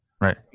Right